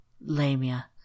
Lamia